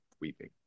weeping